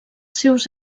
seus